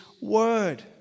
Word